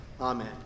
Amen